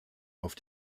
auf